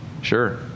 sure